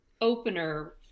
opener